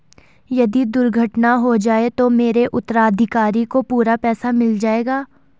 यदि दुर्घटना हो जाये तो मेरे उत्तराधिकारी को पूरा पैसा मिल जाएगा?